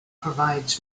provides